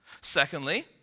Secondly